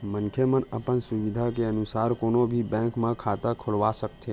मनखे मन अपन सुबिधा के अनुसार कोनो भी बेंक म खाता खोलवा सकत हे